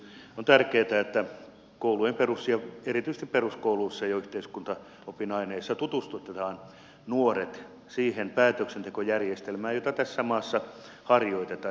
on tärkeää että erityisesti peruskouluissa jo yhteiskuntaopin aineissa tutustutetaan nuoret siihen päätöksentekojärjestelmään jota tässä maassa harjoitetaan